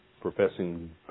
professing